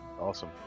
Awesome